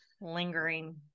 lingering